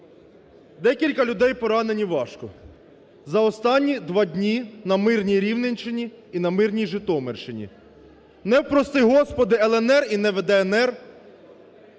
декілька людей поранені важко за останні два дні на мирній Рівненщині і на мирній Житомирщині, не, прости Господи, ЛНР і не в ДНР,